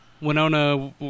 Winona